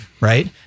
right